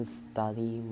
study